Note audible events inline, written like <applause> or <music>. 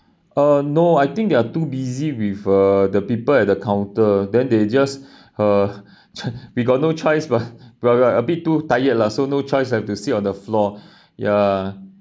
uh no I think they're too busy with uh the people at the counter then they just her <laughs> we got no choice but but got a bit too tired lah so no choice have to sit on the floor ya